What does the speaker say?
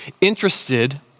interested